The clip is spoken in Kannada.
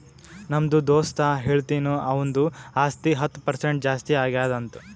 ನಮ್ದು ದೋಸ್ತ ಹೇಳತಿನು ಅವಂದು ಆಸ್ತಿ ಹತ್ತ್ ಪರ್ಸೆಂಟ್ ಜಾಸ್ತಿ ಆಗ್ಯಾದ್ ಅಂತ್